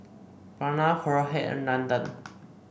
Pranav Rohit and Nandan